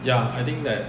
ya I think that